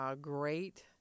great